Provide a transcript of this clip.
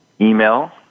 email